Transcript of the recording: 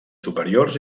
superiors